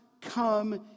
come